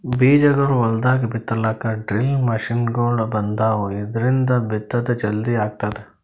ಬೀಜಾಗೋಳ್ ಹೊಲ್ದಾಗ್ ಬಿತ್ತಲಾಕ್ ಡ್ರಿಲ್ ಮಷಿನ್ಗೊಳ್ ಬಂದಾವ್, ಇದ್ರಿಂದ್ ಬಿತ್ತದ್ ಜಲ್ದಿ ಆಗ್ತದ